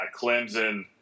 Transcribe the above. Clemson